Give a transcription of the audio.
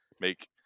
make